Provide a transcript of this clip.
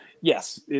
yes